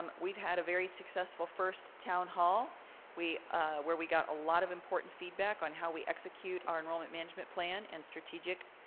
um we've had a very successful first town hall where we got a lot of important feedback on how we execute our enrollment management plan and strategic